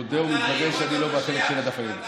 אני מודה ומתוודה שאני לא בחלק של הדף היומי.